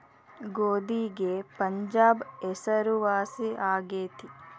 ಗೋಧಿಗೆ ಪಂಜಾಬ್ ಹೆಸರುವಾಸಿ ಆಗೆತಿ